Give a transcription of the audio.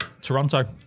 Toronto